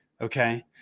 Okay